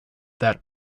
that